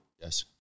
Yes